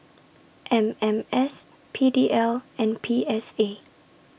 M M S P D L and P S A